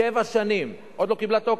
שבע שנים עוד לא קיבלה תוקף.